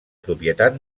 propietat